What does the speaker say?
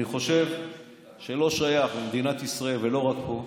אני חושב שלא שייך למדינת ישראל, ולא רק פה,